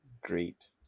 Great